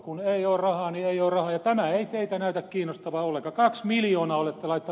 kun ei ole rahaa niin ei ole rahaa ja tämä ei teitä näytä kiinnostavan ollenkaan